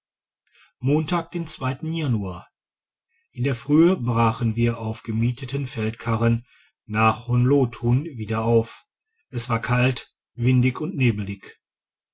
montag den januar in der frühe brachen wir auf gemieteten feldkarren nach honlotun wieder auf es war kalt windig und neblig